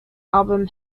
album